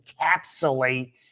encapsulate